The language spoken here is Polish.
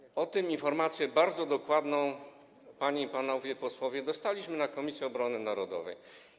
Informację o tym, bardzo dokładną, panie i panowie posłowie, dostaliśmy w Komisji Obrony Narodowej.